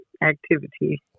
activity